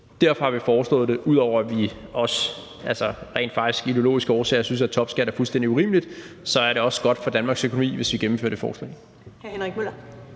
Derfor har vi foreslået det. Ud over at vi rent faktisk også af ideologiske årsager synes, at topskat er fuldstændig urimeligt, så er det også godt for Danmarks økonomi, hvis vi gennemfører det forslag.